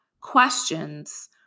questions